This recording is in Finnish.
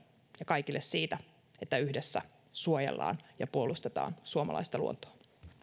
ja kaikkia siitä että yhdessä suojellaan ja puolustetaan suomalaista luontoa